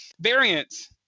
Variants